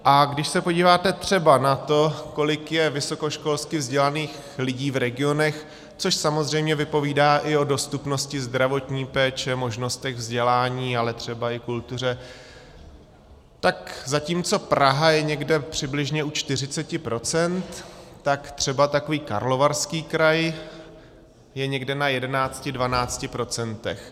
A když se podíváte třeba na to, kolik je vysokoškolsky vzdělaných lidí v regionech, což samozřejmě vypovídá i o dostupnosti zdravotní péče, možnostech vzdělání, ale třeba i kultuře, tak zatímco Praha je někde přibližně u 40 %, tak třeba takový Karlovarský kraj je někde na 1112 %.